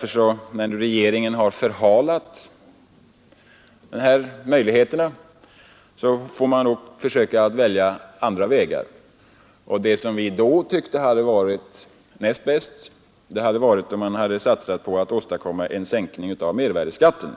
så stora, och när nu regeringen har dröjt med de nödvändiga åtgärderna så länge får man nog försöka att gå andra vägar. Den som vi då tyckte hade varit näst bäst var att sänka mervärdeskatten.